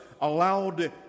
allowed